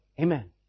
Amen